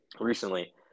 recently